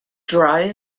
dry